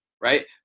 right